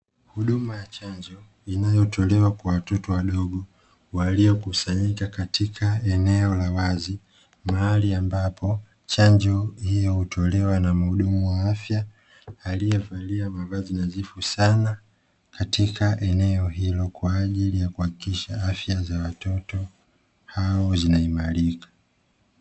Huduma ya chanjo inayotolewa kwa watoto wadogo, waliokusanyika katika eneo la wazi, mahali ambapo chanjo hiyo hutolewa na mhudumu wa afya, aliyevalia mavazi nadhifu sana katika eneo hilo kwa ajili ya kuhakikisha afya za watoto hao zinaimarika.